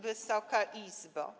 Wysoka Izbo!